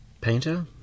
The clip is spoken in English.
painter